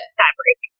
fabric